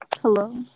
Hello